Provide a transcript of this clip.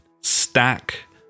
stack